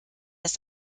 ist